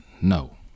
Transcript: No